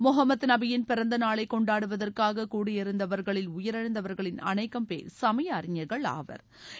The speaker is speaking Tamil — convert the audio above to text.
முகம்மது நபியின் பிறந்த நாளை கொண்டாடுவதற்காக கூடியிருந்தவர்களில் உயிரிழந்தவர்களில் அநேகம் பேர் சமய அறிஞா்கள் ஆவா்